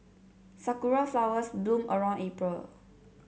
sakura flowers bloom around April